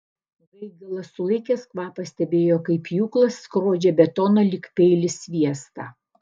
gaigalas sulaikęs kvapą stebėjo kaip pjūklas skrodžia betoną lyg peilis sviestą